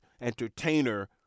entertainer